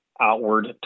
outward